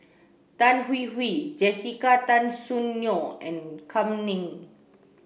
Tan Hwee Hwee Jessica Tan Soon Neo and Kam Ning